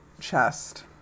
chest